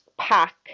pack